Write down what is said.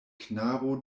knabo